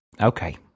Okay